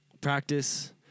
practice